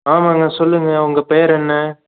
ஆமாம்ங்க சொல்லுங்கள் உங்கள் பேர் என்ன